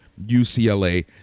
UCLA